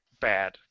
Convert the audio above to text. bad